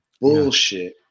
Bullshit